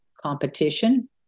competition